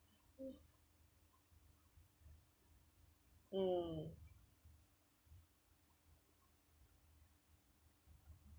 mm